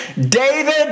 David